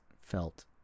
felt